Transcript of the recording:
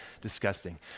disgusting